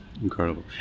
Incredible